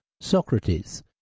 Socrates